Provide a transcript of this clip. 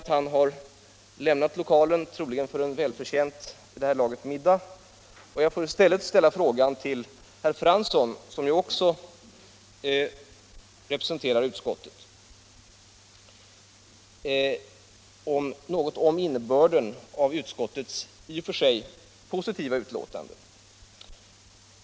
Nu har han lämnat lokalen — troligen för en vid det här laget välförtjänt middag — och jag får i stället rikta frågan till herr Fransson, som också representerar utskottet; den gäller innebörden i utskottets i och för sig positiva motionsutlåtande.